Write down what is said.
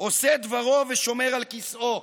עושה דברו ושומר על כיסאו.